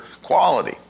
quality